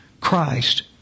Christ